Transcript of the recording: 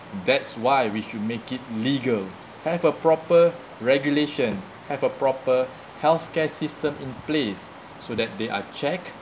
that's why we should make it legal have a proper regulation have a proper healthcare system in place so that they are checked